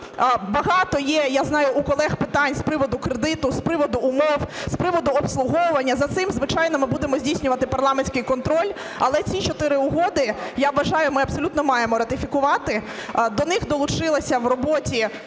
Багато є, я знаю, у колег питань з приводу кредиту, з приводу умов, з приводу обслуговування. За цим, звичайно, ми будемо здійснювати парламентський контроль, але ці чотири угоди, я вважаю, ми абсолютно маємо ратифікувати. До них долучилася в роботі